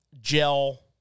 gel